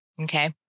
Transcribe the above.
Okay